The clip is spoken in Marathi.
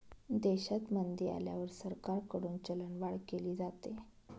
देशात मंदी आल्यावर सरकारकडून चलनवाढ केली जाते